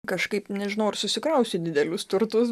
kažkaip nežinau ar susikrausi didelius turtus